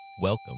Welcome